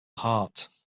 heart